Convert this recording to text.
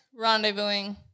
rendezvousing